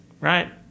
right